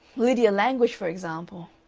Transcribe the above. lydia languish, for example.